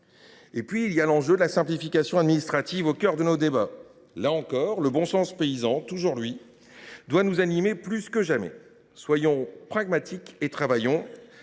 rural (Safer). La simplification administrative sera au cœur de nos débats. Là encore, le bon sens paysan, toujours lui, doit nous animer plus que jamais. Soyons pragmatiques et travaillons